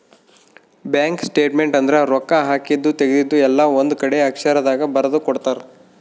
bank statement ಅಂದ್ರ ರೊಕ್ಕ ಹಾಕಿದ್ದು ತೆಗ್ದಿದ್ದು ಎಲ್ಲ ಒಂದ್ ಕಡೆ ಅಕ್ಷರ ದಾಗ ಬರ್ದು ಕೊಡ್ತಾರ